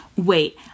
Wait